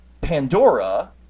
Pandora